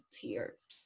tears